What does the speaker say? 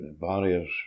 Barriers